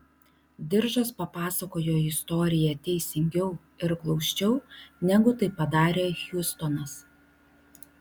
diržas papasakojo istoriją teisingiau ir glausčiau negu tai padarė hjustonas